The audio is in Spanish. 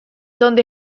donde